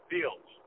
Fields